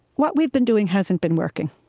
what we've been doing hasn't been working.